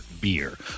beer